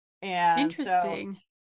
Interesting